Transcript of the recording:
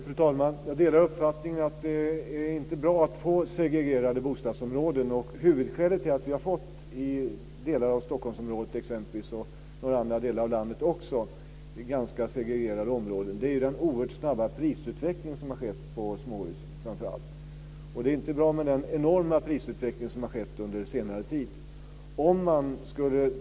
Fru talman! Jag delar uppfattningen att det inte är bra med segregerade bostadsområden. Huvudskälet till att vi har fått det i t.ex. delar av Stockholmsområdet och också i andra delar av landet är den oerhört snabba prisutveckling som under senare tid har skett på framför allt småhus.